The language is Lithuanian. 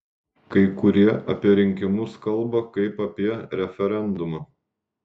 kai kurie apie rinkimus kalba kaip apie referendumą